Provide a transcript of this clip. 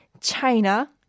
China